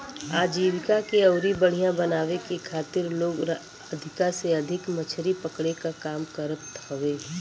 आजीविका के अउरी बढ़ियां बनावे के खातिर लोग अधिका से अधिका मछरी पकड़े क काम करत हवे